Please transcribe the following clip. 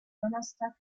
donnerstag